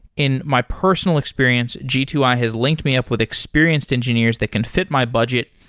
in my personal experience, g two i has linked me up with experienced engineers that can fit my budget,